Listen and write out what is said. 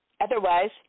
Otherwise